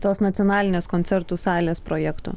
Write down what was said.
tos nacionalinės koncertų salės projekto